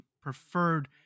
preferred